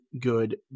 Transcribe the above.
good